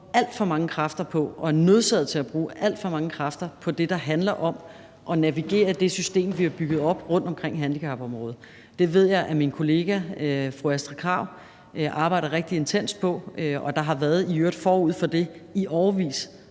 alt for mange kræfter på det og er nødsaget til at bruge alt for mange kræfter på det, der handler om at navigere i det system, vi har bygget op rundt omkring handicapområdet. Det ved jeg at min kollega social- og ældreministeren, fru Astrid Krag, arbejder rigtig intenst på, og der har i øvrigt forud for det i årevis